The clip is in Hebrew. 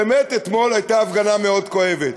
באמת אתמול הייתה הפגנה מאוד כואבת.